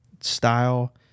style